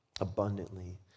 abundantly